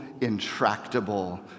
intractable